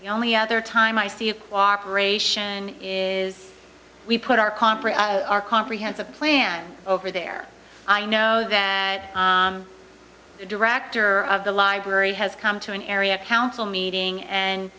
the only other time i see it cooperation is we put our compromise our comprehensive plan over there i know that the director of the library has come to an area council meeting and